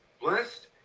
blessed